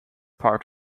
part